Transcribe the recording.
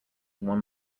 one